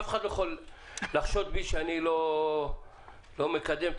אף אחד לא יכול לחשוד בי שאני לא מקדם את